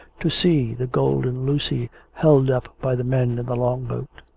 to see the golden lucy, held up by the men in the long-boat,